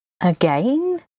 again